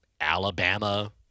Alabama